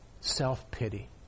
self-pity